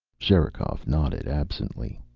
sherikov nodded absently.